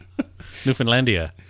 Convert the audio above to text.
Newfoundlandia